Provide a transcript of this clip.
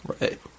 Right